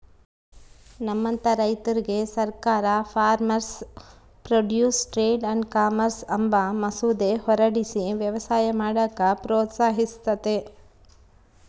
ನಮ್ಮಂತ ರೈತುರ್ಗೆ ಸರ್ಕಾರ farmers produce trade and commerce ಅಂಬ ಮಸೂದೆ ಹೊರಡಿಸಿ ವ್ಯವಸಾಯ ಮಾಡಾಕ ಪ್ರೋತ್ಸಹಿಸ್ತತೆ